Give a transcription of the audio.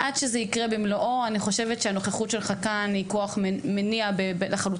עד שזה יקרה במלואו אני חושבת שהנוכחות שלך כאן היא כוח מניע לחלוטין,